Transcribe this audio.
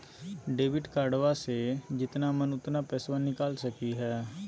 Debit कार्डबा से जितना मन उतना पेसबा निकाल सकी हय?